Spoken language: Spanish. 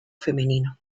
femenino